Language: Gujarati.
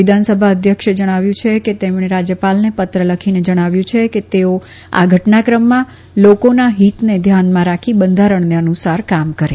વિધાનસભા અધ્યક્ષે જણાવ્યું છે કે તેમણે રાજયપાલને પત્ર લખીને જણાવ્યું છે કે તેઓ આ ઘટનાક્રમમાં લોકોના હિતોને ધ્યાનમાં રાખી બંધારણને અનુસાર કામ કરે